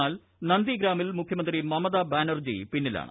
എന്നാൽ നന്ദി ഗ്രാമിൽ മുഖ്യമന്ത്രി മമത ബാനർജി പിന്നിലാണ്